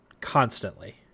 constantly